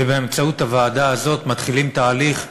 ובאמצעות הוועדה הזאת מתחילים תהליך שבסופו,